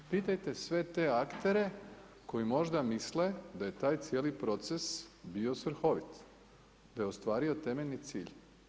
Pitajte sve te aktere, koji možda misle, da je taj cijeli proces bio svrhovit, da je ostvario temeljni cilj.